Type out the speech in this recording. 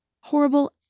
Horrible